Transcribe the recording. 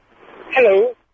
Hello